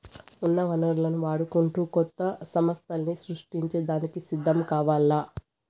ఉన్న వనరులను వాడుకుంటూ కొత్త సమస్థల్ని సృష్టించే దానికి సిద్ధం కావాల్ల